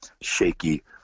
shaky